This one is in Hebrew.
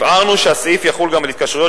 הבהרנו שהסעיף יחול גם על התקשרויות